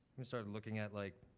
and started looking at like,